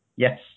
Yes